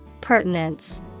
Pertinence